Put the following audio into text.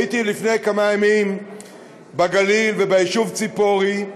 הייתי לפני כמה ימים בגליל וביישוב ציפורי.